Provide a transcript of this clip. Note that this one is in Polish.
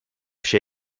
się